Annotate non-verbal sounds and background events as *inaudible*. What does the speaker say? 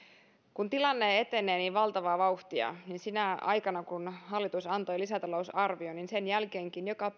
kun tilanne etenee niin valtavaa vauhtia niin sen jälkeenkin kun hallitus antoi lisätalousarvion on joka *unintelligible*